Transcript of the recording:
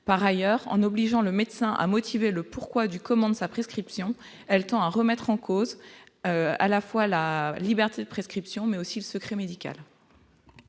par ailleurs en obligeant le médecin a motivé le pourquoi du comment de sa prescription, elle tend à remettre en cause à la fois la liberté de prescription, mais aussi le secret médical.